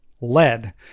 lead